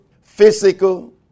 physical